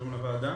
שלום לוועדה,